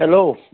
hello